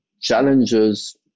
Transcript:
challenges